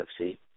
UFC